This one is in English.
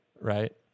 right